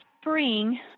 spring